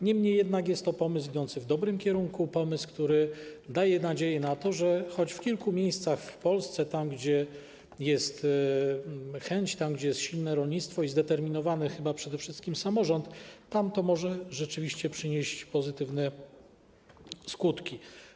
Niemniej jednak jest to pomysł idący w dobrym kierunku, pomysł, który daje nadzieję na to, że choć w kilku miejscach w Polsce, tam, gdzie jest chęć, tam, gdzie jest silne rolnictwo i chyba przede wszystkim zdeterminowany samorząd, tam to może rzeczywiście przynieść pozytywne skutki.